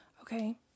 Okay